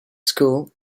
school